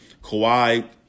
Kawhi